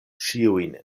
ĉiujn